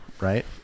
right